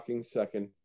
second